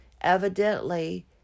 Evidently